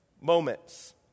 moments